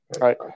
right